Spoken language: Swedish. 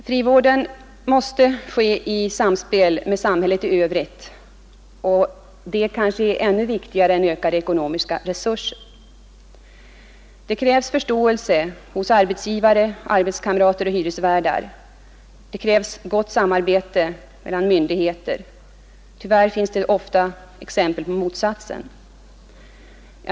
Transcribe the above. Frivården måste ske i samspel med samhället i övrigt, och detta är kanske ännu viktigare än ökade ekonomiska resurser. Det krävs förståelse hos arbetsgivare, arbetskamrater och hyresvärdar, och det krävs gott samarbete mellan myndigheter. Tyvärr förekommer ofta exempel på motsatsen.